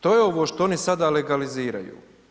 To je ovo što oni sada legaliziraju.